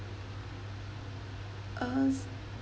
us